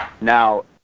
Now